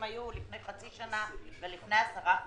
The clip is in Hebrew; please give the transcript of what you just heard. היו לפני חצי שנה ולפני עשרה חודשים.